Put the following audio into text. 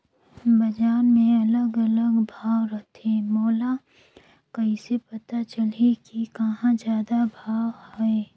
बजार मे अलग अलग भाव रथे, मोला कइसे पता चलही कि कहां जादा भाव हे?